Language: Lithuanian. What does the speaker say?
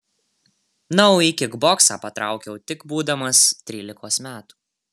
na o į kikboksą patraukiau tik būdamas trylikos metų